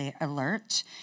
alert